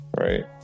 Right